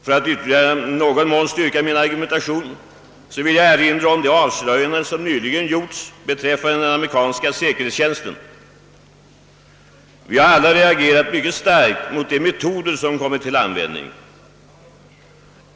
För att ytterligare i någon mån styrka min argumentation vill jag erinra om de avslöjanden som nyligen gjorts rörande den amerikanska säkerhetstjänsten. Vi har alla reagerat mycket starkt mot de metoder som där kommit till användning.